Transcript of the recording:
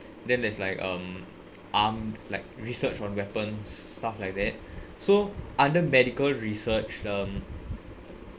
then there's like um arm like research on weapons stuff like that so under medical research um